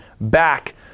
back